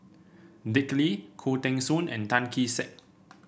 Dick Lee Khoo Teng Soon and Tan Kee Sek